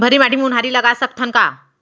भर्री माटी म उनहारी लगा सकथन का?